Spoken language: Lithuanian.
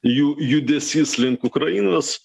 jų judesys link ukrainos